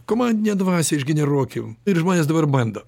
komandinę dvasią išgeneruokim ir žmonės dabar bando